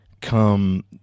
come